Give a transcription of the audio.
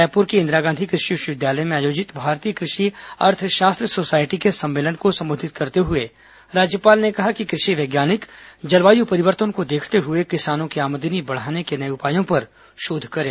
रायपुर के इंदिरा गांधी कृषि विश्वविद्यालय में आयोजित भारतीय कृषि अर्थशास्त्र सोसायटी के सम्मेलन को संबोधित करते हुए राज्यपाल ने कहा कि कृषि वैज्ञानिक जलवायु परिवर्तन को देखते हुए किसानों की आमदनी बढ़ाने के नये उपायों पर शोध करें